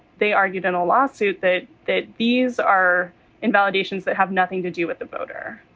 they argued in a lawsuit that that these are investigations that have nothing to do with the voter.